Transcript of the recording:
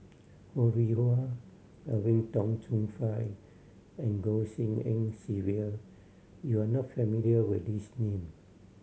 Ho Rih Hwa Edwin Tong Chun Fai and Goh Tshin En Sylvia you are not familiar with these name